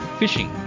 fishing